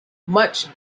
much